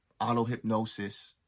Auto-hypnosis